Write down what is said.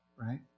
right